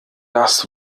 das